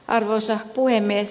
arvoisa puhemies